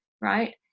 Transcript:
right